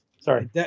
Sorry